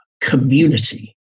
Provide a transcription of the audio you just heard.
community